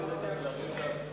אדוני היושב-ראש,